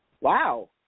Wow